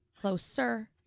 closer